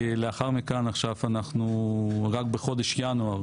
לאחר מכן, עכשיו, אנחנו, רק בחודש ינואר